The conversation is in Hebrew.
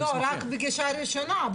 לא זו רק פגישה ראשונה,